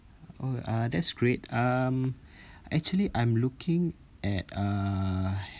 oh uh that's great um actually I'm looking at uh